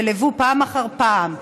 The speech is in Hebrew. שליוו פעם אחר פעם,